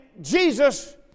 jesus